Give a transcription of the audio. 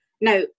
Now